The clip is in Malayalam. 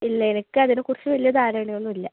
ഇല്ല എനിക്കതിനെക്കുറിച്ച് വലിയ ധാരണയൊന്നും ഇല്ല